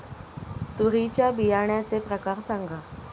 तूरीच्या बियाण्याचे प्रकार सांगा